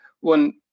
one